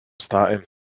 starting